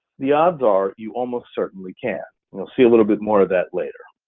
the odds are you almost certainly can, and we'll see a little bit more of that later.